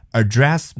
address